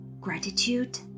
gratitude